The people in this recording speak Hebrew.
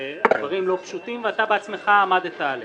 והדברים לא פשוטים, ואתה בעצמך עמדת עליהם.